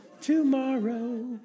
tomorrow